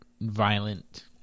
violent